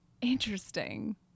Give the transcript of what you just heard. Interesting